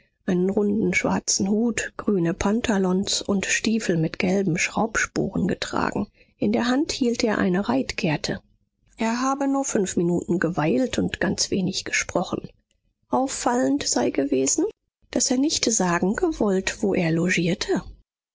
einen runden schwarzen hut grüne pantalons und stiefel mit gelben schraubsporen getragen in der hand hielt er eine reitgerte er habe nur fünf minuten geweilt und ganz wenig gesprochen auffallend sei es gewesen daß er nicht sagen gewollt wo er logierte